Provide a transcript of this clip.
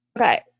Okay